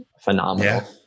phenomenal